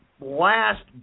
last